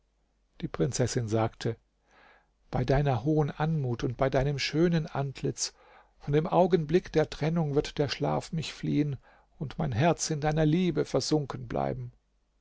die prinzessin sagte bei deiner hohen anmut und bei deinem schönen antlitz von dem augenblick der trennung wird der schlaf mich fliehen und mein herz in deiner liebe versunken bleiben